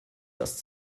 das